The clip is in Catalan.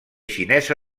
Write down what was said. xinesa